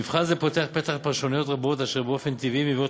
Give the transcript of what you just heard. מבחן זה פותח פתח לפרשנויות רבות אשר באופן טבעי מביאות